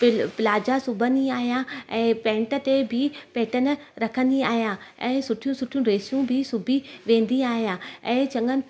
पिल प्लाज़ा सिबंदी आहियां ऐं पैंट ते पैटर्न रखंदी आहियां ऐं सुठियूं सुठियूं ड्रेसूं बि सिबी वेंदी आहियां ऐं चंङनि